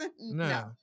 No